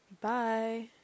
Bye